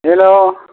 hello